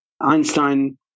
Einstein